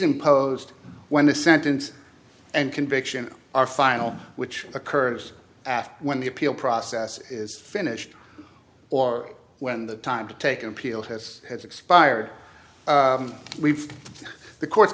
imposed when the sentence and conviction are final which occurs after when the appeal process is finished or when the time to take an appeal has has expired we've the cour